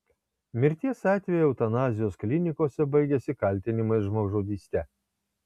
mirties atvejai eutanazijos klinikose baigiasi kaltinimais žmogžudyste